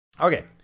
Okay